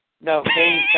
No